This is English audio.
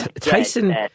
Tyson